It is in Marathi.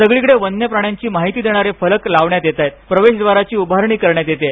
सगळीकडे वन्य प्राण्यांची माहिती देणारे फलक लावण्यात येत आहेत प्रवेशद्वाराची उभारणी करण्यात येत आहे